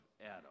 Adam